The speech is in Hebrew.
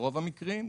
ברוב המקרים,